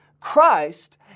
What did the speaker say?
Christ